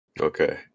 Okay